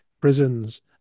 prisons